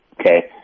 Okay